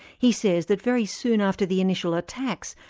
he says that very soon after the initial attacks,